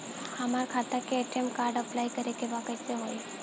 हमार खाता के ए.टी.एम कार्ड अप्लाई करे के बा कैसे होई?